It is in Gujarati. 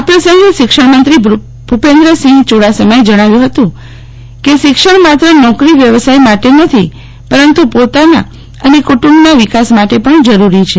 આ પ્રસંગે શિક્ષણમંત્રી ભૂપેન્દ્રસિંહ ચુડાસમાએ જણાવ્યું હતું કે શિક્ષણ માત્ર નોકરી વ્યવસાય માટે નથી પરંતુ પોતાના અને કુટુંબમાં વિકાસ માટે પણ જરૂરી છે